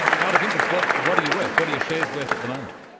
out of interest, what what are you worth? what are your shares worth at the moment?